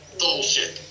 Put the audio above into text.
bullshit